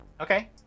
Okay